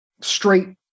straight